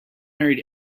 married